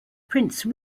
prince